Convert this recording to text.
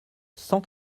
cent